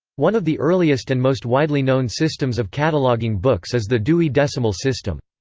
one of the earliest and most widely known systems of cataloguing books is the dewey decimal system.